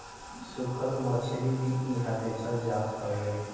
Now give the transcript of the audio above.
सुखल मछरी भी इहा बेचल जात हवे